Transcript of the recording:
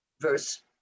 verse